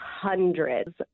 hundreds